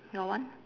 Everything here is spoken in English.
your one